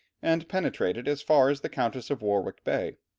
and penetrated as far as the countess of warwick bay.